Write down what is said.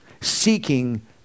seeking